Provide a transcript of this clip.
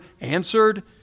answered